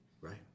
Right